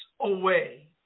away